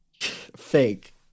fake